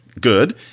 good